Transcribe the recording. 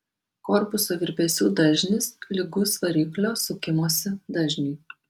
korpuso virpesių dažnis lygus variklio sukimosi dažniui